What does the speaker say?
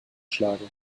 schlagen